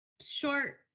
short